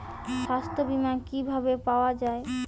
সাস্থ্য বিমা কি ভাবে পাওয়া যায়?